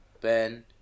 Ben